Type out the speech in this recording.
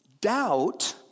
Doubt